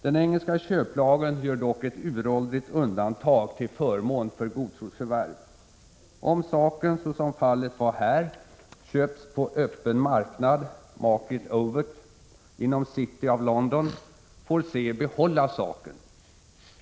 Den engelska köplagen gör dock ett uråldrigt undantag till förmån för godtrosförvärv. Om saken såsom fallet var här köpts på öppen marknad, ”market overt”, inom City of London, får C behålla saken.